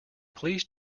please